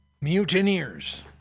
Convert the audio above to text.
mutineers